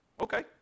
Okay